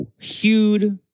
huge